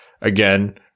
Again